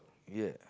ya